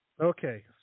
okay